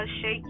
shake